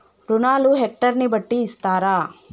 రుణాలు హెక్టర్ ని బట్టి ఇస్తారా?